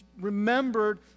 remembered